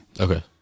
Okay